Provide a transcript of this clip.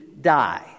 die